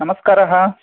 नमस्कारः